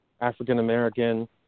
African-American